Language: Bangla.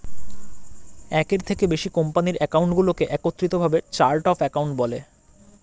একের থেকে বেশি কোম্পানির অ্যাকাউন্টগুলোকে একত্রিত ভাবে চার্ট অফ অ্যাকাউন্ট বলে